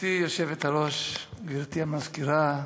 גברתי היושבת-ראש, גברתי המזכירה,